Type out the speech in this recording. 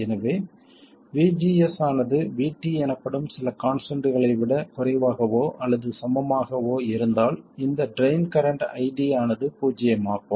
எனவே VGS ஆனது VT எனப்படும் சில கான்ஸ்டன்ட்களை விட குறைவாகவோ அல்லது சமமாகவோ இருந்தால் இந்த ட்ரைன் கரண்ட் ID ஆனது பூஜ்ஜியமாகும்